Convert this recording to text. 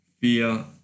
fear